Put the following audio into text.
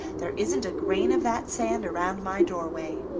there isn't a grain of that sand around my doorway.